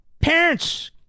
Parents